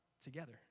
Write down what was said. together